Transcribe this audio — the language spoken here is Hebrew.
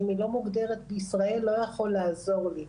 אם היא לא מוגדרת בישראל לא יכול לעזור לי.